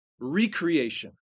recreation